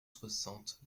soixante